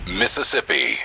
mississippi